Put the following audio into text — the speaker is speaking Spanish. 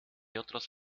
otros